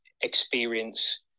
experience